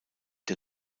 der